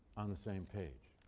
on the same page.